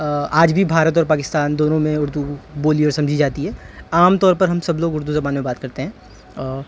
آج بھی بھارت اور پاکستان دونوں میں اردو بولی اور سمجھی جاتی ہے عام طور پر ہم سب لوگ اردو زبان میں بات کرتے ہیں